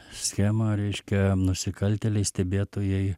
schema reiškia nusikaltėliai stebėtojai